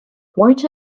words